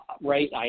right